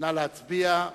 נא להצביע.